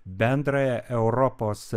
bendrąją europos